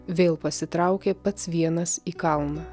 vėl pasitraukė pats vienas į kalną